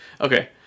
Okay